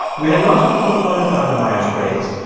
we had lots of people call in about the myers-briggs.